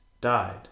died